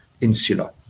insula